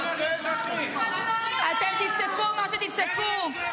--- אתם תצעקו מה שתצעקו,